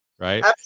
Right